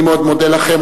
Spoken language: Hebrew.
אני מאוד מודה לכם.